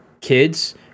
kids